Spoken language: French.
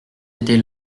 était